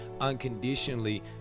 unconditionally